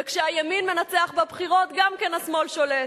וכשהימין מנצח בבחירות גם כן השמאל שולט.